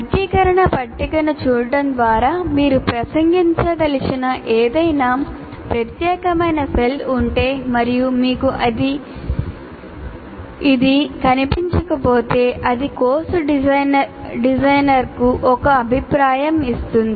వర్గీకరణ పట్టికను చూడటం ద్వారా మీరు ప్రసంగించదలిచిన ఏదైనా ప్రత్యేకమైన సెల్ ఉంటే మరియు మీకు ఇది కనిపించకపోతే అది కోర్సు డిజైనర్కు ఒక అభిప్రాయం ఇస్తుంది